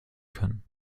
können